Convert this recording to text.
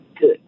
Good